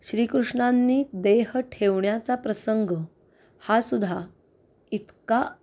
श्रीकृष्णांनी देह ठेवण्याचा प्रसंग हा सुद्धा इतका